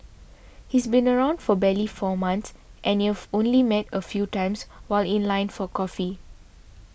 he's been around for barely four months and you've only met a few times while in line for coffee